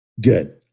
Good